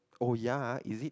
oh ya is it